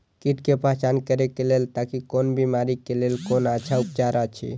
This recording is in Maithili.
कीट के पहचान करे के लेल ताकि कोन बिमारी के लेल कोन अच्छा उपचार अछि?